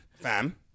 fam